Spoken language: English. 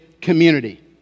community